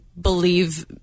believe